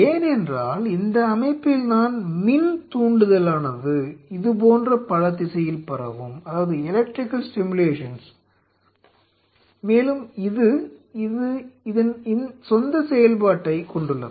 ஏனென்றால் இந்த அமைப்பில்தான் மின் தூண்டுதலானது இது போன்ற பல திசையில் பரவும் மேலும் இது இதன் சொந்த செயல்பாட்டைக் கொண்டுள்ளது